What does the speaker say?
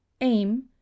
Aim